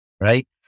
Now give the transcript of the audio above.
Right